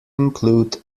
include